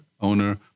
owner